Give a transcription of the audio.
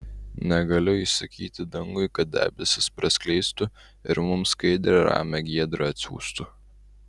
negaliu įsakyti dangui kad debesis praskleistų ir mums skaidrią ramią giedrą atsiųstų